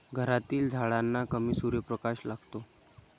घरातील झाडांना कमी सूर्यप्रकाश लागतो